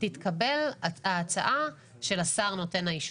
תתקבל ההצעה של השר נותן האישור.